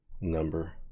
number